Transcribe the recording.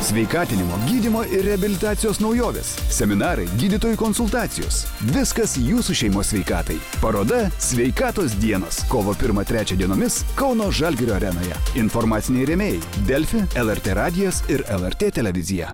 sveikatinimo gydymo ir reabilitacijos naujovės seminarai gydytojų konsultacijos viskas jūsų šeimos sveikatai paroda sveikatos dienos kovo primą trečią dienomis kauno žalgirio arenoje informaciniai rėmėjai delfi lrt radijas ir lrt televizija